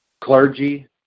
clergy